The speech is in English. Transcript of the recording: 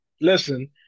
listen